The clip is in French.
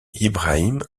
ibrahim